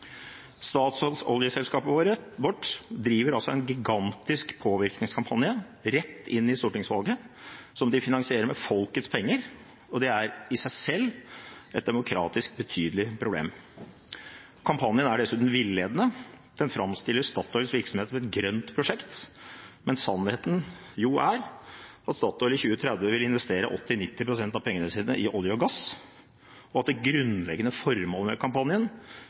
vårt driver altså en gigantisk påvirkningskampanje rett inn i stortingsvalget som de finansierer med folkets penger. Det er i seg selv et betydelig demokratisk problem. Kampanjen er dessuten villedende, den framstiller Statoils virksomhet som et grønt prosjekt, mens sannheten er at Statoil i 2030 vil investere 80–90 pst. av pengene sine i olje og gass, og at det grunnleggende formålet med kampanjen